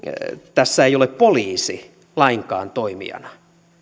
tässä ei ole poliisi lainkaan toimijana